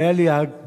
והיו לי הגאווה